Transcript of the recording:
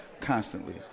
constantly